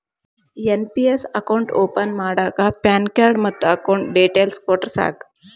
NPS account open ಮಾಡಾಕ pan card ಮತ್ತ account details ಕೊಟ್ರ ಸಾಕ